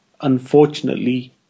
Unfortunately